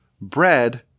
bread